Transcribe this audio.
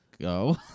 go